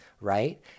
right